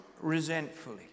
resentfully